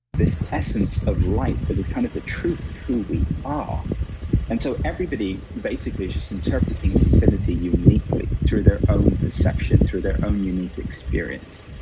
this essence of light that is kind of the truth of who we are and so, everybody basically is just interpreting infinity uniquely through their own perception, through their own unique experience.